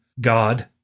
God